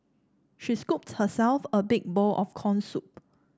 she scooped herself a big bowl of corn soup